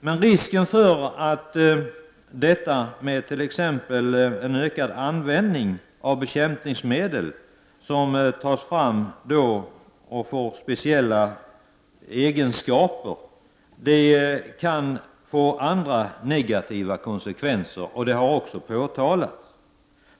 Men det finns en risk för andra negativa konsekvenser med ökad användning av bekämpningsmedel som tas fram och får speciella egenskaper, något som också har påtalats.